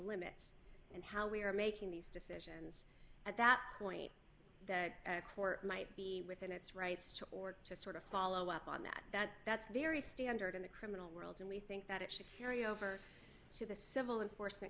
limits and how we are making these to sit at that point that a court might be within its rights to or to sort of follow up on that that that's very standard in the criminal world and we think that it should carry over to the civil and force that